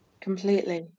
Completely